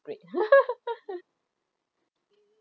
great